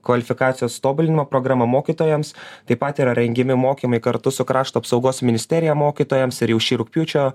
kvalifikacijos tobulinimo programa mokytojams taip pat yra rengiami mokymai kartu su krašto apsaugos ministerija mokytojams ir jau šį rugpjūčio